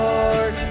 Lord